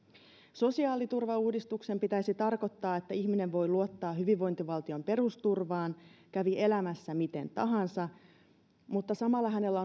sosiaaliturvauudistuksen pitäisi tarkoittaa että ihminen voi luottaa hyvinvointivaltion perusturvaan kävi elämässä miten tahansa mutta samalla hänellä